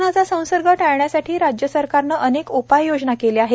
कोरोनाचा संसर्ग टाळण्यासाठी राज्य सरकारने अनेक उपाययोजना केल्या आहेत